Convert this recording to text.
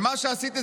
ומה שעשיתי,